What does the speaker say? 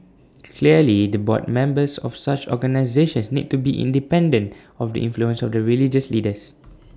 clearly the board members of such organisations need to be independent of the influence of the religious leaders